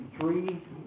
three